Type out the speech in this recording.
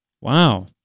Wow